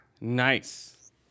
Nice